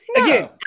again